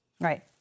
Right